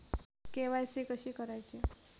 KYC कशी करायची?